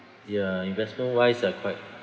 ya investment-wise I quite